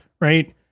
right